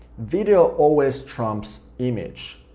video always trumps image,